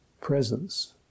presence